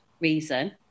reason